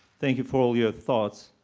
thank you for all your thoughts.